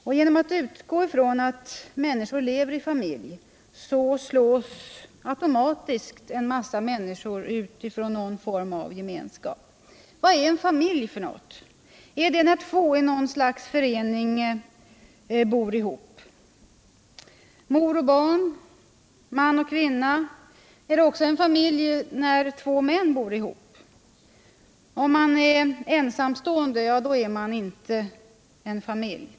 Och genom att utgå ifrån att människor lever i familj slås automatiskt en massa människor ut ifrån någon form av gemenskap. Vad är en familj för något? Är det när två i något slags förening bor ihop — mor och barn eller man och kvinna? Är det också en familj när två män bor ihop? Om man är ensamstående — ja, då är man inte familj.